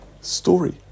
story